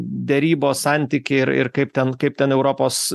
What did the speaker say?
derybos santykiai ir ir kaip ten kaip ten europos